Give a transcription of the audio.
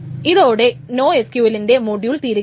ഇതോടെ നോഎസ്ക്യൂഎൽന്റെ മോഡ്യൂൾ തീരുകയാണ്